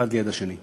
האחד ליד השני.